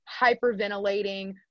hyperventilating